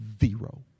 zero